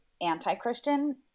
anti-Christian